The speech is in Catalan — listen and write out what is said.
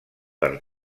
per